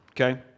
Okay